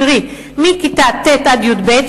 קרי מכיתה ט' עד י"ב,